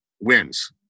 wins